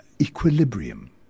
equilibrium